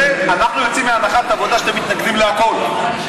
אנחנו יוצאים מהנחת עבודה שאתם מתנגדים להכול,